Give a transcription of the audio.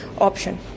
option